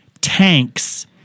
tanks